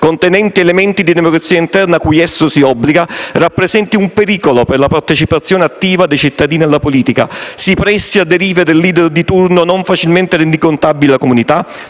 contenente elementi di democrazia interna a cui esso si obbliga, rappresenti un pericolo per la partecipazione attiva dei cittadini alla politica; si presti a derive del *leader* di turno non facilmente rendicontabili alla comunità;